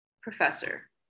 professor